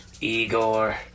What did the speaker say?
Igor